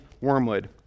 Wormwood